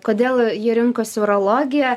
kodėl ji rinkosi urologiją